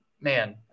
man